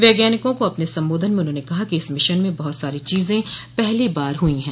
वैज्ञानिकों को अपने संबोधन में उन्होंने कहा कि इस मिशन में बहत सारी चीजें पहली बार हुई हैं